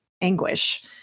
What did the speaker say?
anguish